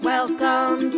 Welcome